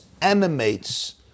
animates